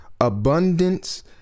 abundance